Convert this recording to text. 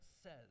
says